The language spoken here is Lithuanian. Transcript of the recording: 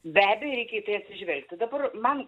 be abejo reikia į tai atsižvelgti dabar man